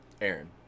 Aaron